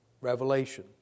revelation